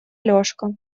алешка